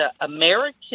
American